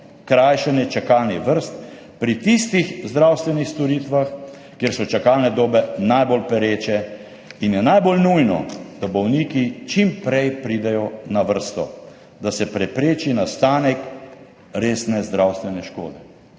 krajšanje čakalnih vrst pri tistih zdravstvenih storitvah, kjer so čakalne dobe najbolj pereče in je najbolj nujno, da bolniki čim prej pridejo na vrsto, da se prepreči nastanek resne zdravstvene škode.